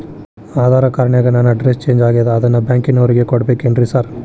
Aadhaar card ನ್ಯಾಗ ನನ್ address change ಆಗ್ಯಾದ ಅದನ್ನ ಬ್ಯಾಂಕಿನೊರಿಗೆ ಕೊಡ್ಬೇಕೇನ್ರಿ ಸಾರ್?